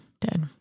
dead